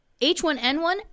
H1N1